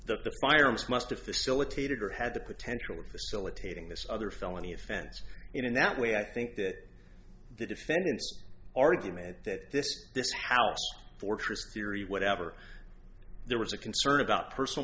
the firearms must've facilitated or had the potential of facilitating this other felony offense in that way i think that the defense argument that this this house fortress theory whatever there was a concern about personal